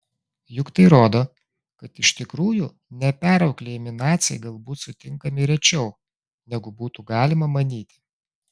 juk tai rodo kad iš tikrųjų neperauklėjami naciai galbūt sutinkami rečiau negu būtų galima manyti